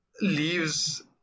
leaves